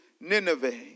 Nineveh